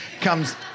comes